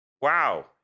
wow